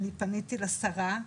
אני פניתי לשרה,